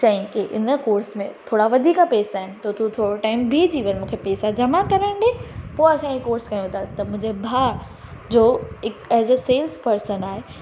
चयाईं की इन कॉर्स में थोरा वधीक पैसा आहिनि त तूं थोरो टाइम बिहजी वञु मूंखे पैसा जमा करणु ॾे पोइ असां हे कॉर्स कयूं थां त मुंहिंजे भाउ जो हिकु एस अ सेल्स पर्सन आहे